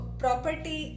property